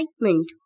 excitement